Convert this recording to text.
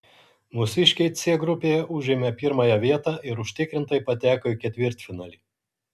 mūsiškiai c grupėje užėmė pirmąją vietą ir užtikrintai pateko į ketvirtfinalį